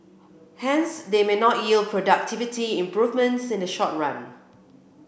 hence they may not yield productivity improvements in the short run